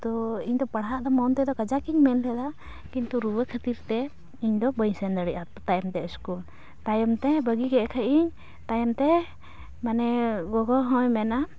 ᱛᱚ ᱤᱧᱫᱚ ᱯᱟᱲᱦᱟᱜᱫᱚ ᱢᱚᱱᱛᱮ ᱫᱚ ᱠᱟᱡᱟᱠᱤᱧ ᱢᱮᱱᱞᱮᱫᱟ ᱠᱤᱱᱛᱩ ᱨᱩᱣᱟᱹ ᱠᱟᱹᱛᱤᱨᱛᱮ ᱤᱧᱫᱚ ᱵᱟᱹᱧ ᱥᱮᱱ ᱫᱟᱲᱮᱼᱟ ᱛᱟᱭᱚᱢᱛᱮ ᱤᱥᱠᱩᱞ ᱛᱟᱭᱚᱢᱛᱮ ᱵᱟᱹᱜᱤᱠᱮᱫ ᱠᱷᱟᱱᱤᱧ ᱛᱟᱭᱚᱢᱛᱮ ᱢᱟᱱᱮ ᱜᱚᱜᱚᱦᱚᱸᱭ ᱢᱮᱱᱟ